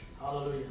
Hallelujah